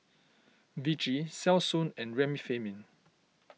Vichy Selsun and Remifemin